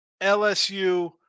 LSU